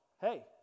hey